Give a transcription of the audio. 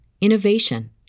innovation